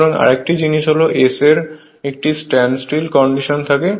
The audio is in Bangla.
সুতরাং আরেকটি জিনিস হল S এর একটি স্ট্যান্ডস্টীল কন্ডিশন থাকে